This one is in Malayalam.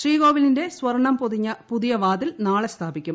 ശ്രീകോവിലിന്റെ സ്വർണ്ണം പൊതിഞ്ഞ പുതിയ വാതിൽ നാളെ സ്ഥാപിക്കും